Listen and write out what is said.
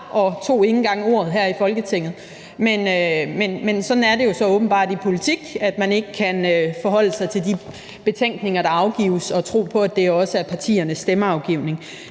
man tog ikke engang ordet her i Folketinget. Men sådan er det jo så åbenbart i politik, altså at man ikke kan forholde sig til de betænkninger, der afgives, og tro på, at det er partiernes stemmeafgivning.